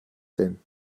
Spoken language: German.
denn